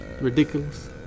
Ridiculous